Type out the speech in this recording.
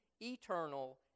eternal